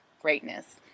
greatness